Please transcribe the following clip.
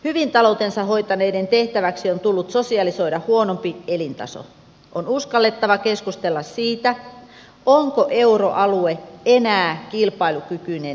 i taloutensa hoitaneiden tehtäväksi on tullut sosialisoida huonompi elintaso on uskallettava keskustella siitä onko euroalue enää kilpailukykyinen